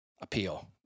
Appeal